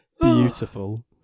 beautiful